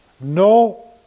No